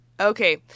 Okay